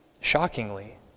shockingly